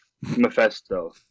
Mephisto